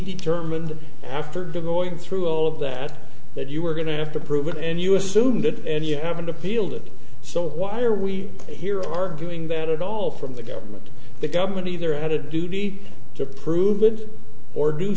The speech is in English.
determined after going through all of that that you were going to have to prove it and you assume that and you haven't appealed it so why are we here arguing that at all from the government the government either had a duty to prove it or do